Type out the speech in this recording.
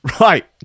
Right